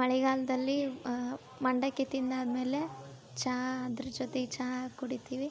ಮಳೆಗಾಲದಲ್ಲಿ ಮಂಡಕ್ಕಿ ತಿಂದಾದ್ಮೇಲೆ ಚಾ ಅದ್ರ ಜೊತೆಗೆ ಚಾ ಕುಡಿತೀವಿ